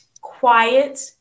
quiet